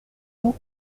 tout